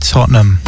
Tottenham